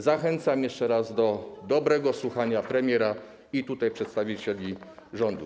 Zachęcam jeszcze raz do dobrego słuchania premiera i przedstawicieli rządu.